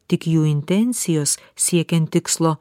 tik jų intencijos siekiant tikslo